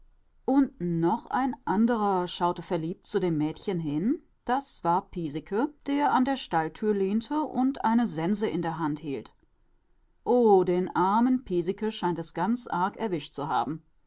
und noch ein anderer schaute verliebt zu dem mädchen hin das war piesecke der an der stalltür lehnte und eine sense in der hand hielt oh den armen piesecke scheint es ganz arg erwischt zu haben